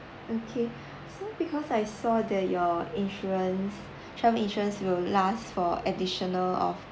okay so because I saw that your insurance travel insurance will last for additional of